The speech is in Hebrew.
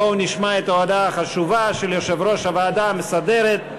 בואו נשמע את ההודעה החשובה של יושב-ראש הוועדה המסדרת,